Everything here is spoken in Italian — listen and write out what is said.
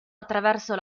attraverso